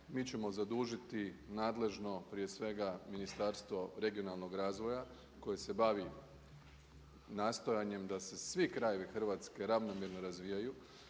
Mi ćemo zadužiti nadležno prije svega Ministarstvo regionalnog razvoja koje se bavi nastojanjem da se svi krajevi Hrvatske ravnomjerno razvijaju